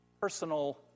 personal